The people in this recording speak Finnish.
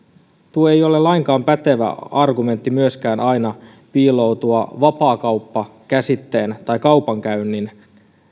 tuo ei ole lainkaan pätevä argumentti myöskään aina piiloutua vapaakauppakäsitteen tai kaupankäynnin